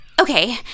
Okay